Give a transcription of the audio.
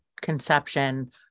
conception